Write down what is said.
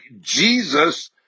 Jesus